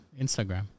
Instagram